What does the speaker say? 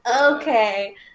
Okay